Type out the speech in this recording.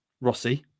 rossi